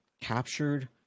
captured